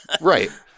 Right